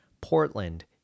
Portland